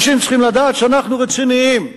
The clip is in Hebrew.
אנשים צריכים לדעת שאנחנו רציניים,